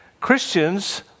Christians